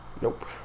Nope